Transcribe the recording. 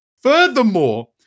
Furthermore